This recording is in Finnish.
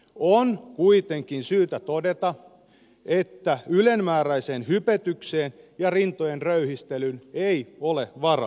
on kuitenkin syytä todeta että ylenmääräiseen hypetykseen ja rintojen röyhistelyyn ei ole varaa